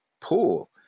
pool